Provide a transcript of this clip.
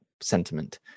sentiment